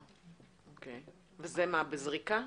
זה בזריקה?